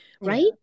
right